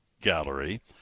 gallery